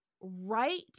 Right